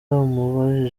urakora